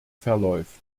verläuft